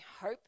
hope